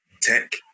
tech